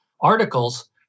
articles